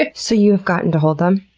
ah so you've gotten to hold them?